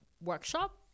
workshop